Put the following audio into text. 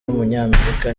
w’umunyamerika